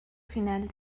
final